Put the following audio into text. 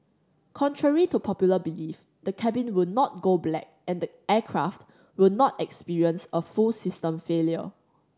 contrary to popular belief the cabin will not go black and the aircraft will not experience a full system failure